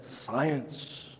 science